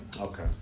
Okay